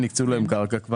כבר היקצו להם קרקע.